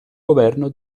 governo